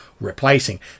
replacing